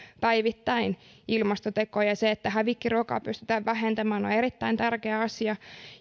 päivittäin ilmastotekoja se että hävikkiruokaa pystytään vähentämään on erittäin tärkeä asia